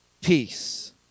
peace